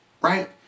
Right